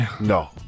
No